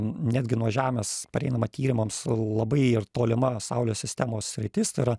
netgi nuo žemės prieinama tyrimams labai ir tolima saulės sistemos sritis tai yra